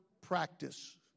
practice